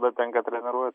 bet tenka treniruo